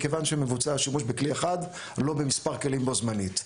מכיוון שמבוצע שימוש בכלי אחד ולא במספר כלים בו זמנית.